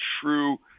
true